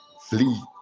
flee